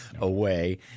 away